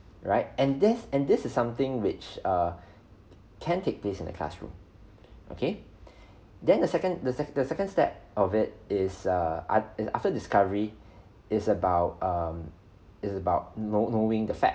right and there and this is something which err can take place in a classroom okay then the second the second the second step of it is a aft~ is after discovery is about um is about know knowing the fact